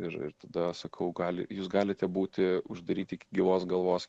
ir ir tada sakau gali jūs galite būti uždaryti iki gyvos galvos